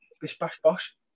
Bish-bash-bosh